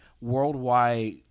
worldwide